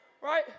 Right